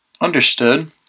Understood